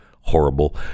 horrible